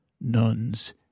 Nuns